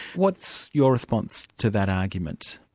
what's your response to that argument?